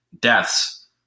deaths